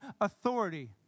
authority